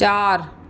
चार